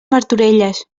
martorelles